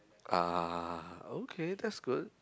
ah okay that's good